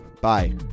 Bye